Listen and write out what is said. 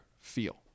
feel